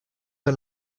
han